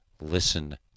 listen